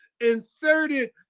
inserted